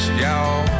y'all